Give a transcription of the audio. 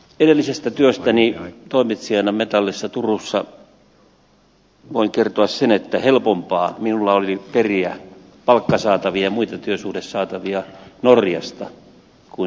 edellisestä työstäni toimitsijana metallissa turussa voin kertoa sen että helpompi minun oli periä palkkasaatavia ja muita työsuhdesaatavia norjasta kuin suomesta